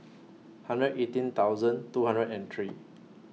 hundred eighteen thousand two hundred and three